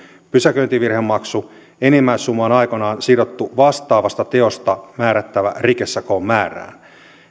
pysäköintivirhemaksu enimmäissumma on on aikoinaan sidottu vastaavasta teosta määrättävään rikesakon määrään